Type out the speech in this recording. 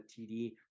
TD